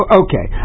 okay